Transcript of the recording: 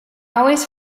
always